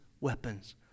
weapons